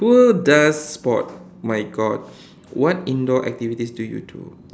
who does sport my God what indoor activities do you do